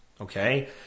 Okay